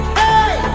hey